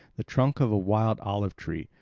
the trunk of a wild olive tree,